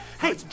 Hey